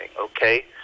okay